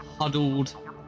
huddled